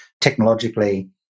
technologically